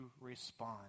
respond